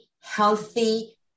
healthy